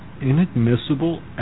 inadmissible